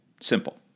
Simple